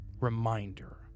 reminder